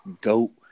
Goat